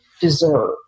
deserve